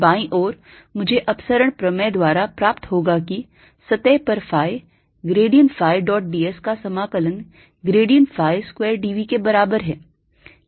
बाईं ओर मुझे अपसरण प्रमेय द्वारा प्राप्त होगा कि सतह पर phi grad phi dot d s का समाकलन grad phi square d v के बराबर है